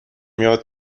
یاد